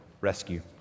rescue